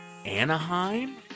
Anaheim